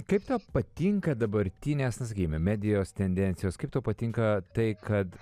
kaip tau patinka dabartinės na sakykime medijos tendencijos kaip tau patinka tai kad